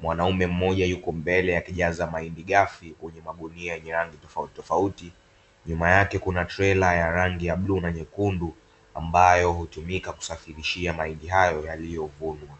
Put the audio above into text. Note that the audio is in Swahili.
Mwanaume mmoja yuko mbele akijaza mahindi gafi kwenye magunia yenye rangi tofautitofauti, nyuma yake kuna trela ya rangi ya bluu na nyekundu ambayo hutumika kusafirishia mahindi hayo yaliyovunwa.